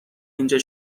اینجا